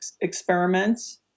experiments